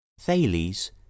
thales